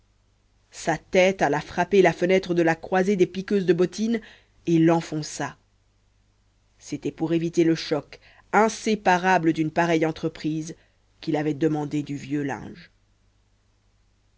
sa tête alla frapper la fenêtre le la croisée des piqueuses de bottines et l'enfonça c'était pour éviter le choc inséparable d'une pareille entreprise qu'il avait demandé du vieux linge